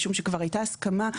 כבר הייתה הסכמה,